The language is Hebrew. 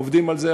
עובדים על זה,